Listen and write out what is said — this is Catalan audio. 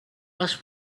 les